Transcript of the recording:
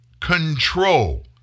control